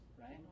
right